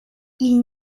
ils